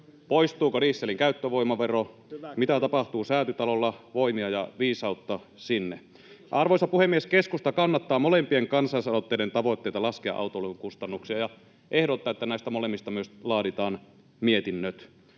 poistuuko dieselin käyttövoimavero, mitä tapahtuu Säätytalolla — voimia ja viisautta sinne. [Mauri Peltokangas: Kiitos, kyllä!] Arvoisa puhemies! Keskusta kannattaa molempien kansalaisaloitteiden tavoitteita laskea autoilun kustannuksia ja ehdottaa, että näistä molemmista myös laaditaan mietinnöt.